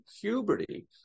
puberty